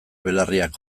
belarriak